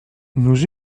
nous